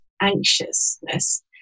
anxiousness